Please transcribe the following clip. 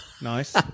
Nice